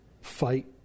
fight